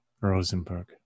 Rosenberg